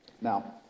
Now